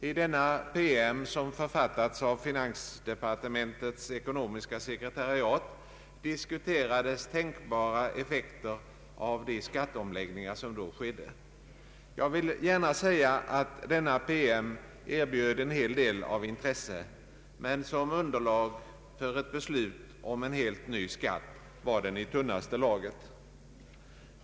I denna PM, som författats av finansdepartementets cekonomiska sekretariat, diskuterades tänkbara effekter av de skatteomläggningar som då skedde. Jag vill gärna säga, att denna PM erbjöd en hel del av intresse, men som underlag för ett beslut om en helt ny skatt var den i tunnaste laget.